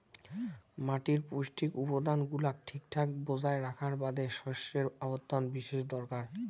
মাটির পৌষ্টিক উপাদান গুলাক ঠিকঠাক বজায় রাখার বাদে শস্যর আবর্তন বিশেষ দরকার